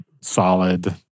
solid